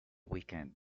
weekend